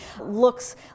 looks